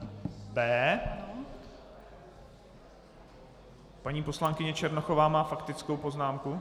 B. Paní poslankyně Černochová má faktickou poznámku?